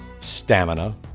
stamina